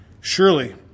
Surely